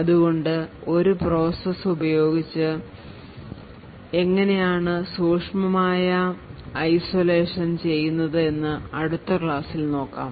അതുകൊണ്ട് ഒരു പ്രോസസ്സ് ഉപയോഗിച്ചു എങ്ങനെയാണ് സൂക്ഷ്മമായ ഐസൊലേഷൻ ചെയ്യുന്നത് എന്ന് അടുത്ത ക്ലാസ്സിൽ നോക്കാം